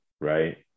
right